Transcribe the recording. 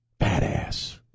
Badass